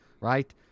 right